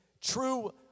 true